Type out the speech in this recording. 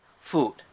food